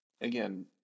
again